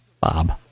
Bob